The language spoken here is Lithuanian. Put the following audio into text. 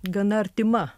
gana artima